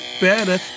better